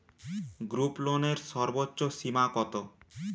গ্রুপলোনের সর্বোচ্চ সীমা কত?